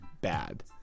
bad